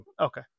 Okay